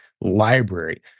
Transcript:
library